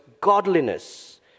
godliness